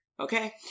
Okay